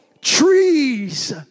trees